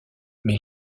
mais